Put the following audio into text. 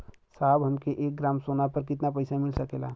साहब हमके एक ग्रामसोना पर कितना पइसा मिल सकेला?